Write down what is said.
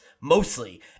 mostly